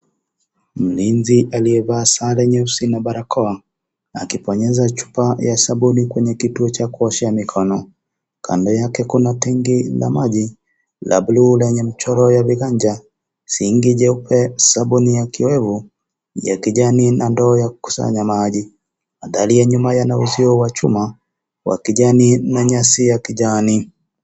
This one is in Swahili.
Mlinzi aliyevaa sare nyeusi na barakoa, akibonyeza chupa ya sabini kwenye kituo cha kuoshea mikono. Kando yake kuna tenge la maji la blue lenye michoro ya viganja, sink jeupe sabuni ya kiwemo, ya kijani na ndoo ya kusanya maji. Mathali ya nyuma yana uziwa wa chuma ya kijani na nyasi ya kijani.